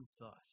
thus